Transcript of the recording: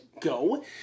go